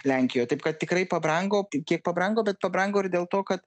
lenkijoj taip kad tikrai pabrango kiek pabrango bet pabrango ir dėl to kad